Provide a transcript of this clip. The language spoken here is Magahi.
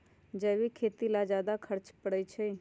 जैविक खेती ला ज्यादा खर्च पड़छई?